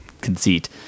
conceit